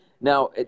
Now